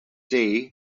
day